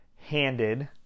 handed